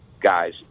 guys